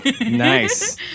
Nice